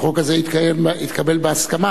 והחוק הזה התקבל בהסכמה,